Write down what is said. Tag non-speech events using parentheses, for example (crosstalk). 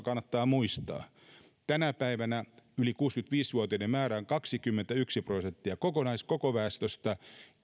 (unintelligible) kannattaa muistaa tänä päivänä yli kuusikymmentäviisi vuotiaiden määrä on kaksikymmentäyksi prosenttia koko väestöstä